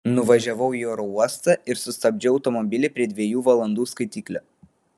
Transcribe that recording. nuvažiavau į oro uostą ir sustabdžiau automobilį prie dviejų valandų skaitiklio